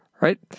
right